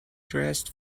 dressed